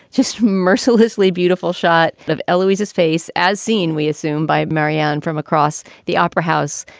just mercilessly beautiful shot of louise's face, as seen, we assume, by marianne from across the opera house,